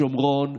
בשומרון,